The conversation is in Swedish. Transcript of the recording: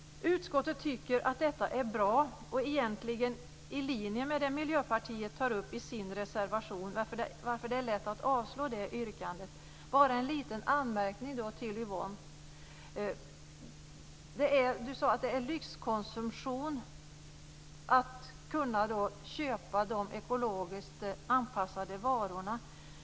Utskottet tycker att detta är bra och egentligen i linje med det som Miljöpartiet tar upp i sin reservation, varför det är lätt att yrka avslag på det yrkandet. Jag vill göra en liten anmärkning till Yvonne Ruwaida. Hon sade att det är lyxkonsumtion att kunna köpa de ekologiskt anpassade varorna.